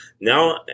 Now